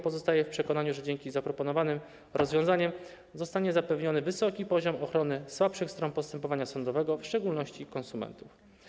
Pozostaję w przekonaniu, że dzięki zaproponowanym rozwiązaniom zostanie zapewniony wysoki poziom ochrony słabszych stron postępowania sądowego, w szczególności konsumentów.